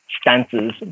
Stances